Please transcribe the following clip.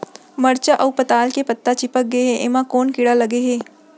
मरचा अऊ पताल के पत्ता चिपक गे हे, एमा कोन कीड़ा लगे है?